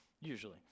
usually